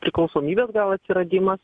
priklausomybės gal atsiradimas